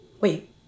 wait